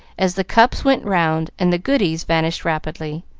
as the cups went round and the goodies vanished rapidly,